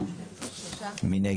3. מי נגד?